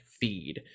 feed